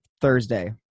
Thursday